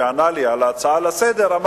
כשהוא ענה לי על הצעה לסדר-היום,